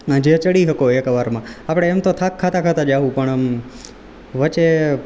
જે ચડી શકો એક વારમાં આપણે એમ તો થાક થાક ખાતા જઈશું પણ વચ્ચે